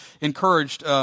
encouraged